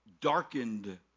darkened